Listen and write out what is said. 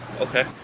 Okay